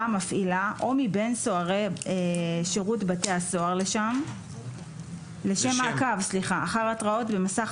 המפעילה או מבין סוהרי שירות בתי הסוהר לשם מעקב אחר התראות במסך